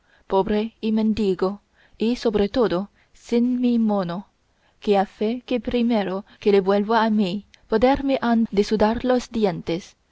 pobre y mendigo y sobre todo sin mi mono que a fe que primero que le vuelva a mi poder me han de sudar los dientes